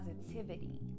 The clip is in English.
positivity